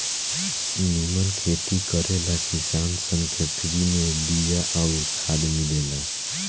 निमन खेती करे ला किसान सन के फ्री में बिया अउर खाद मिलेला